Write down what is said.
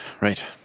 Right